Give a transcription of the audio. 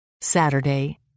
Saturday